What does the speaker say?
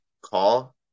call